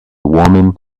woman